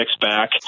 back